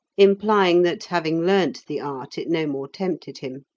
implying that, having learnt the art, it no more tempted him.